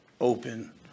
open